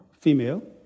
female